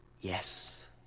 yes